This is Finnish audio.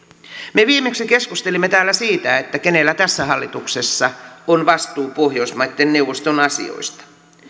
me viimeksi keskustelimme täällä siitä kenellä tässä hallituksessa on vastuu pohjoismaiden neuvoston asioista